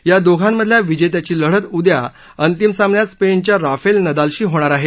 या दोघांमधल्या विजेत्याची लढत उद्या अंतिम सामन्यात स्पेनच्या राफेल नदालशी होणार आहे